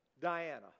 Diana